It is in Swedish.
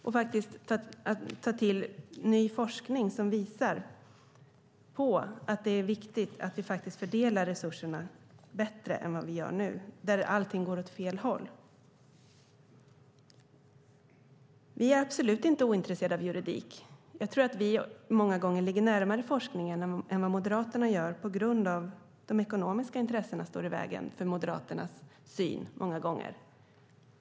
Man kan ta till sig ny forskning som visar på att det är viktigt att vi fördelar resurserna bättre än vad vi gör nu när allting går åt fel håll. Vi är absolut inte ointresserade av juridik. Jag tror att vi många gånger ligger närmare forskningen än vad Moderaterna gör på grund av att de ekonomiska intressena står i vägen för Moderaternas syn.